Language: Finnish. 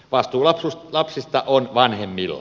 vastuu lapsista on vanhemmilla